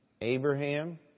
Abraham